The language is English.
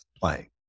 playing